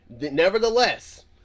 Nevertheless